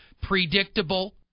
predictable